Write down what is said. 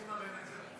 מי יממן את זה?